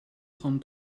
trente